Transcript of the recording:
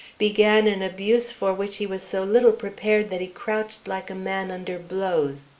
began an abuse for which he was so little prepared that he crouched like a man under blows,